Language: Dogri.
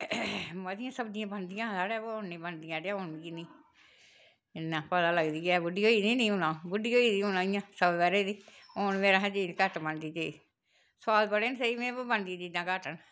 मतियां सब्जियां बनदियां हा साढ़ै पर हून नेईं बनदियां हून इ'न्नी इ'न्ना पता लगदी ऐ बुड्डी होई गेदी नी हून अ'ऊं बुड्डी होई गेदी हून इ'यां सौ ब'रें दी हून मेरे हा चीज़ घट्ट बनदी चीज सुआद बड़े न सेही पर में बनदी चीजां घट्ट न